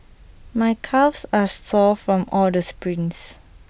my calves are sore from all the sprints